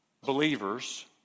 believers